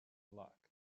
luck